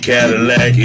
Cadillac